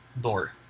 door